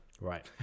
Right